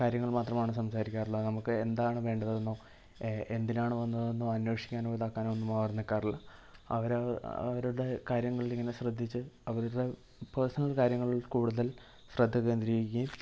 കാര്യങ്ങൾ മാത്രമാണ് സംസാരിക്കാറുള്ളത് നമുക്ക് എന്താണ് വേണ്ടതെന്നൊ എ എന്തിനാണ് വന്നതെന്നോ അന്വേഷിക്കാനോ ഇതാക്കാനോ ഒന്നും ആരും നിൽക്കാറില്ല അവര് അവരുടെ കാര്യങ്ങളിൽ ഇങ്ങനെ ശ്രദ്ധിച്ച് അവരുടെ പേർസണൽ കാര്യങ്ങളിൽ കൂടുതൽ ശ്രദ്ധ കേന്ദ്രീകരിക്കുകയും